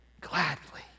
Gladly